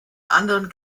anderen